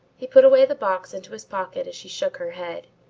he put away the box into his pocket as she shook her head.